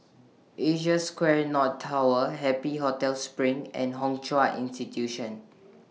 Asia Square North Tower Happy Hotel SPRING and Hwa Chong Institution